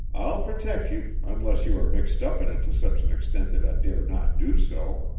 i'll protect you, unless you are mixed up in it to such an extent that i'd dare not do so,